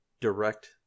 direct